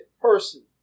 person